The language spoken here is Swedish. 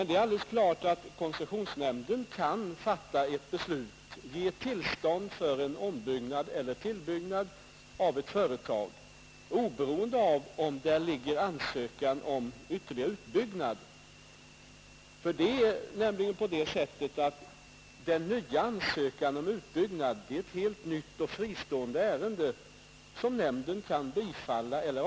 Det är alldeles klart att koncessionsnämnden kan ge tillstånd till en Nr 111 ombyggnad eller tillbyggnad av ett företag, oberoende av om där Torsdagen den föreligger en ansökan om ytterligare utbyggnad. Den nya ansökan om 21 oktober 1971 utbyggnad är ett helt nytt och fristående ärende, som nämnden kan 0 Gaaa i Ä Ang.